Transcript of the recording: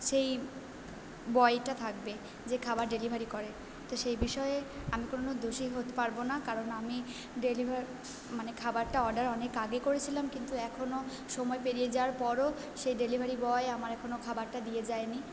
সেই বয়টা থাকবে যে খাবার ডেলিভারি করে তো সেই বিষয়ে আমি কোনো দোষী হতে পারবো না কারণ আমি ডেলিভারি মানে খাবারটা অর্ডার অনেক আগে করেছিলাম কিন্তু এখনো সময় পেরিয়ে যাওয়ার পরও সেই ডেলিভারি বয় আমার এখনো খাবারটা দিয়ে যায় নি